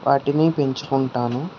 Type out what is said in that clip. వాటిని పెంచుకుంటాను